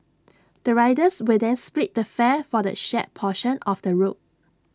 the riders will then split the fare for the shared portion of the route